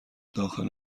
داخل